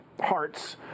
hearts